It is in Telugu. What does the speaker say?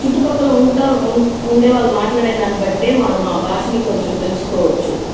చుట్టూపక్కల ఉంటా ఉండే వాళ్ళు మాట్లాడేదాని బట్టే మనం భాషను కొంచం తెలుసుకోవచ్చు